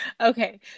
Okay